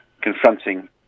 confronting